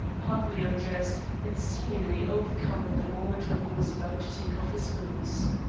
partly undressed, and seemingly overcome at the moment when he was about to take off his boots.